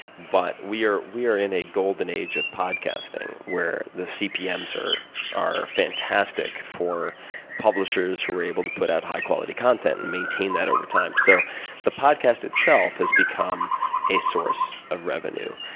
but we are we are in a golden age of podcasting, where the cpms are are fantastic for publishers who are able to put out high quality content and maintain that over time. so the podcast itself has become a source of revenue,